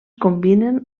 combinen